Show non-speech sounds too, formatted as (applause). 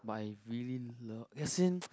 but I really love as in (noise)